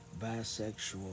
bisexual